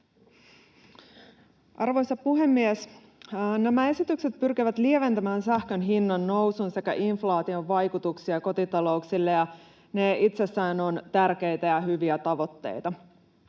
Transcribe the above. Arvoisa puhemies! Nämä esitykset pyrkivät lieventämään sähkön hinnannousun sekä inflaation vaikutuksia kotitalouksiin, ja ne itsessään ovat tärkeitä ja hyviä tavoitteita.